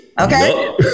Okay